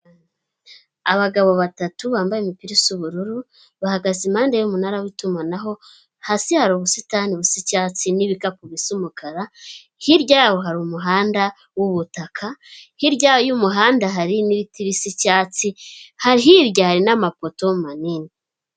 Abagabo batatu bambaye imipira isa y’ubururu bahagaze impande y’umunara w’itumanaho, hasi hari ubusitani bus’icyatsi n’ibikapu bis’umukara, hirya yaho har’umuhanda w’ubutaka, hirya y'umuhanda hari ibiti bis’icyatsi, hirya hari n'amapoto manini.